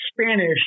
Spanish